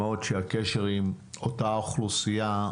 מה עוד, שהקשר עם אותה אוכלוסייה,